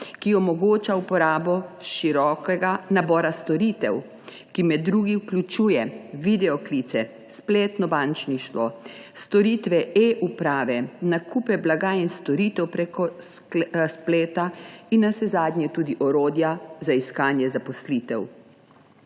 ki omogoča uporabo širokega nabora storitev, ki med drugim vključuje videoklice, spletno bančništvo, storitve e-uprave, nakupe blaga in storitev prek spleta in navsezadnje tudi orodja za iskanje zaposlitev.